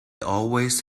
always